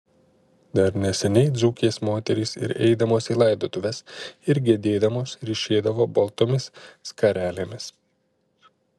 dar neseniai dzūkės moterys ir eidamos į laidotuves ir gedėdamos ryšėdavo baltomis skarelėmis